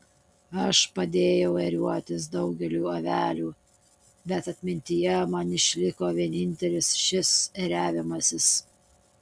aš padėjau ėriuotis daugeliui avelių bet atmintyje man išliko vienintelis šis ėriavimasis